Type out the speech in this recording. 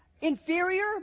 inferior